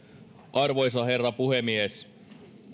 arvoisa herra puhemies